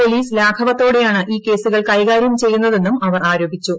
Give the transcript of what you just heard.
police ലാഘവത്തോടെയാണ് ഈ കേസുകൾ കൈകാര്യം ചെയ്യുന്നതെന്നും അവർ ആരോപിച്ചു